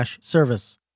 service